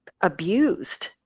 abused